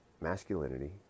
masculinity